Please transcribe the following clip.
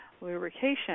lubrication